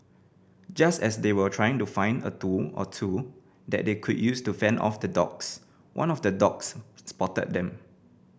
just as they were trying to find a tool or two that they could use to fend off the dogs one of the dogs spotted them